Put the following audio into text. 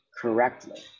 correctly